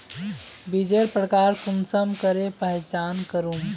बीजेर प्रकार कुंसम करे पहचान करूम?